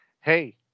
Hey